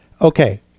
okay